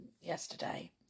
yesterday